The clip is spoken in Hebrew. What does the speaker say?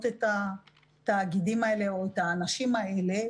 את התאגידים האלה או את האנשים האלה,